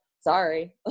sorry